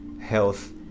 health